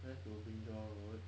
went to brinjal road